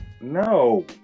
No